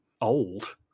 old